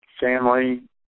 Family